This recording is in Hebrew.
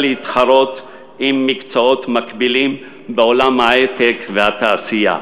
להתחרות עם מקצועות מקבילים בעולם ההיי-טק והתעשייה.